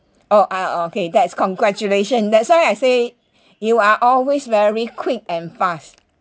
oh uh okay that's congratulations that's why I say you are always very quick and fast